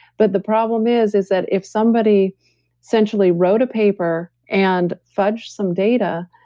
but the problem is, is that if somebody essentially wrote a paper and fudged some data,